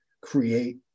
create